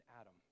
Adam